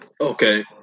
Okay